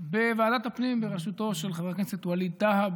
בוועדת הפנים בראשותו של חבר הכנסת ווליד טאהא,